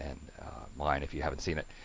and mine if you haven't seen it.